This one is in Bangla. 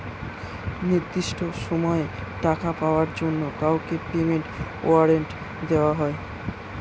নির্দিষ্ট সময়ে টাকা পাওয়ার জন্য কাউকে পেমেন্ট ওয়ারেন্ট দেওয়া হয়